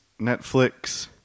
Netflix